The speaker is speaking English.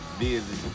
busy